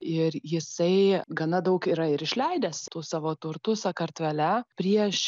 ir jisai gana daug yra ir išleidęs tų savo turtų sakartvele prieš